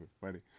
funny